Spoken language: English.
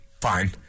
fine